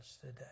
today